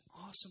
awesome